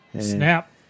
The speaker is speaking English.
snap